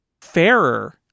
fairer